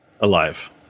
alive